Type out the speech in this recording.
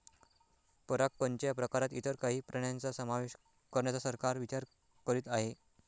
परागकणच्या प्रकारात इतर काही प्राण्यांचा समावेश करण्याचा सरकार विचार करीत आहे